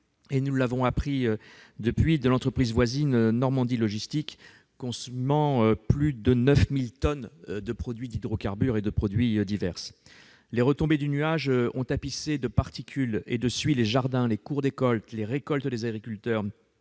nous l'avons appris depuis, de l'entreprise voisine, Normandie Logistique, consommant plus de 9 000 tonnes de produits hydrocarbures et de produits divers. Les retombées du nuage ont tapissé de particules et de suie les jardins, les cours d'école, les récoltes des agriculteurs-